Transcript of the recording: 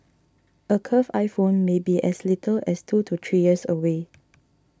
a curved iPhone may be as little as two to three years away